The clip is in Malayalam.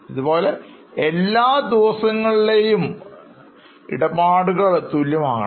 ഇതുപോലെ എല്ലാ ദിവസങ്ങളിലെയും തുല്യം ആകണം